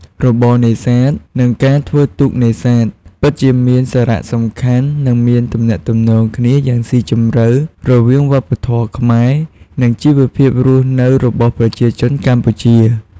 របរនេសាទ និងការធ្វើទូកនេសាទ ពិតជាមានសារៈសំខាន់ និងមានទំនាក់ទំនងគ្នាយ៉ាងស៊ីជម្រៅរវាងវប្បធម៌ខ្មែរ និងជីវភាពរស់នៅរបស់ប្រជាជនកម្ពុជា។